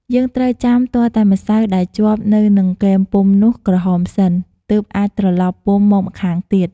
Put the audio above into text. យើងត្រូវចាំទាល់តែម្សៅដែលជាប់ទៅនឹងគែមពុម្ពនោះក្រហមសិន ទើបអាចត្រឡប់ពុម្ពមកម្ខាងទៀត។